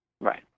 right